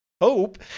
Hope